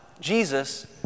Jesus